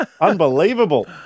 Unbelievable